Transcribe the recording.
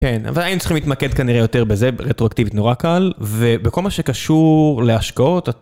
כן, אבל היינו צריכים להתמקד כנראה יותר בזה, רטרואקטיבית נורא קל, ובכל מה שקשור להשקעות...